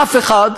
אף אחד,